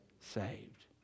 Saved